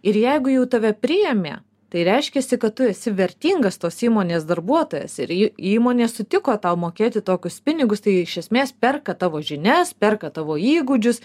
ir jeigu jau tave priėmė tai reiškiasi kad tu esi vertingas tos įmonės darbuotojas ir įmonė sutiko tau mokėti tokius pinigus tai iš esmės perka tavo žinias perka tavo įgūdžius